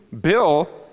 Bill